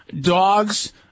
dogs